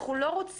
אנחנו לא רוצים,